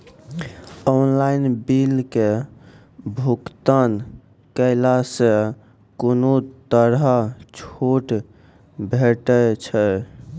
Online बिलक भुगतान केलासॅ कुनू तरहक छूट भेटै छै?